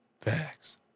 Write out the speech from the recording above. Facts